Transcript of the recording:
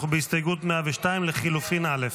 אנחנו בהסתייגות 102, לחלופין א'.